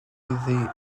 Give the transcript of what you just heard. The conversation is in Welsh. iddi